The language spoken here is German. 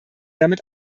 damit